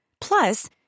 Plus